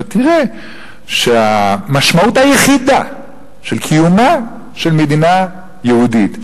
ותראה שהמשמעות היחידה של קיומה של מדינה יהודית,